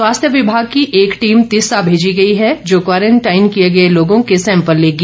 स्वास्थ्य विभाग की एक टीम तीसा भेजी गई है जो क्वारेटांइन किये लोगों के सैंपल लेगी